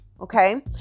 okay